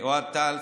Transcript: אוהד טל,